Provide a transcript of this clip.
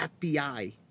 FBI